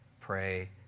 pray